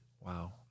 Wow